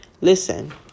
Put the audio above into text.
Listen